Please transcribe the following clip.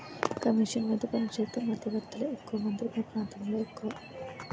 commission మీద పనిచేసే మధ్యవర్తులే ఎక్కువమంది మన ప్రాంతంలో ఎక్కువ